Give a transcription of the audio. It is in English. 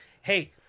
hey